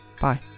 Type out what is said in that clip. bye